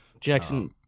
Jackson